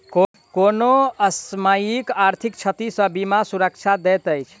कोनो असामयिक आर्थिक क्षति सॅ बीमा सुरक्षा दैत अछि